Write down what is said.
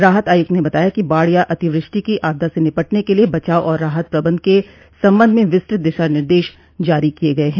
राहत आयुक्त ने बताया कि बाढ़ या अतिवृष्टि की आपदा से निपटने के लिए बचाव और राहत प्रबंधन के संबंध में विस्तृत दिशा निर्देश जारी किये गये हैं